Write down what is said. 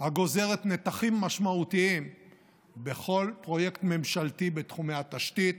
הגוזרת נתחים משמעותיים בכל פרויקט ממשלתי בתחומי התשתית,